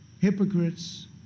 hypocrites